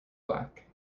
black